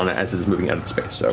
um as it's moving out of the space. so